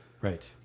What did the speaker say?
Right